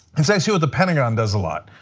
it's it's yeah what the pentagon does a lot,